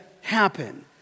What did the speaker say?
happen